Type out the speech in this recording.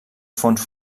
fons